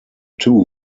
two